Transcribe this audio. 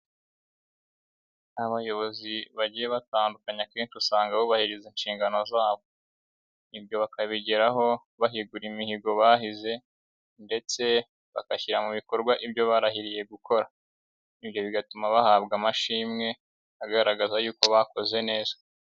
Abayobozi bagiye batandu akenshi usanga bubahiriza inshingano zabo. Ibyo bakabigeraho bahigura imihigo bahize ndetse bagashyira mu bikorwa ibyo barahiriye gukora. Ibyo bigatuma bahabwa amashimwe agaragaza yuko bakoze neza.